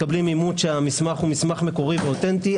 מקבלים אימות שהמסמך הוא מקורי ואותנטי,